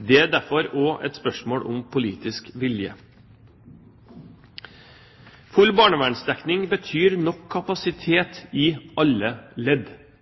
Det er derfor også et spørsmål om politisk vilje. Full barnevernsdekning betyr nok kapasitet i alle ledd.